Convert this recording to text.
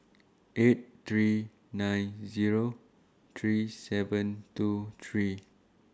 eight three nine Zero three seven two three